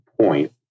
point